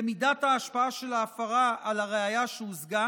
למידת ההשפעה של ההפרה על הראיה שהושגה